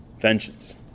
Vengeance